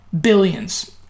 billions